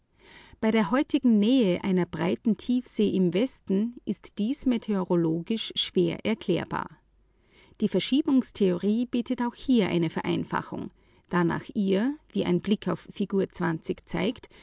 bei der heutigen nähe einer breiten tiefsee und namentlich des golfstromes im westen ist dies meteorologisch nicht erklärbar die verschiebungstheorie bietet auch hier eine vereinfachung da nach ihr wie ein blick auf unser kärtchen zeigt